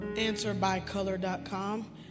answerbycolor.com